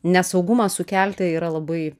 nesaugumą sukelti yra labai